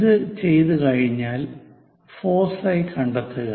ഇത് ചെയ്തുകഴിഞ്ഞാൽ ഫോസൈ കണ്ടെത്തുക